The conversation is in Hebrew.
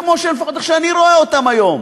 לפחות איך שאני רואה אותם היום.